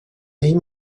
ell